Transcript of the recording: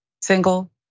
Single